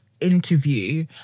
interview